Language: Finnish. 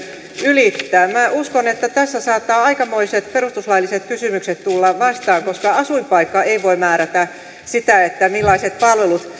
ylittää minä uskon että tässä saattavat aikamoiset perustuslailliset kysymykset tulla vastaan koska asuinpaikka ei voi määrätä sitä millaiset palvelut